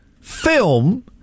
film